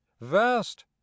Vast